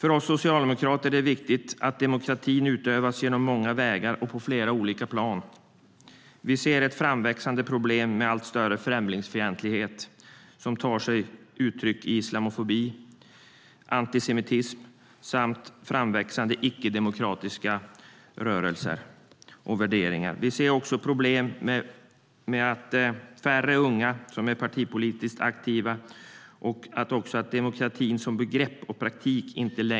För oss socialdemokrater är det viktigt att demokratin utövas genom många vägar och på flera olika plan.